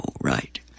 right